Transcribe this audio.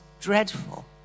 dreadful